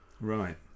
Right